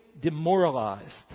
demoralized